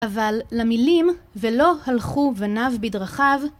אבל למילים, ולא הלכו בניו בדרכיו